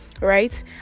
right